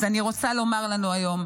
אז אני רוצה לומר לנו היום,